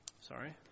Sorry